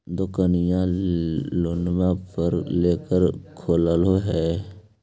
दोकनिओ लोनवे पर लेकर खोललहो हे?